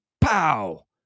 pow